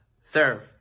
serve